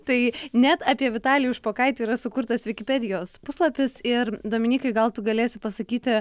tai net apie vitalijų špokaitį yra sukurtas vikipedijos puslapis ir dominykai gal tu galėsi pasakyti